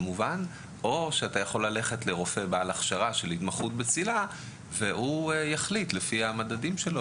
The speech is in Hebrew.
או שהוא ילך לרופא בעל הכשרה עם התמחות בצלילה שיחליט לפי המדדים שלו.